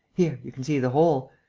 here, you can see the hole.